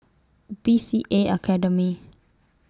B C A Academy